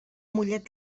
mollet